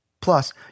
Plus